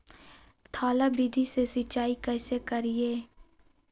थाला विधि से सिंचाई कैसे करीये?